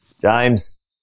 James